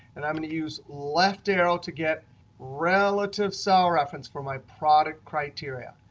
and i'm going to use left arrow to get relative cell reference for my product criteria.